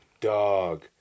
Dog